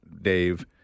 Dave